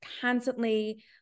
constantly